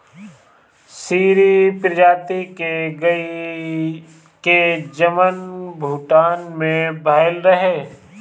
सीरी प्रजाति के गाई के जनम भूटान में भइल रहे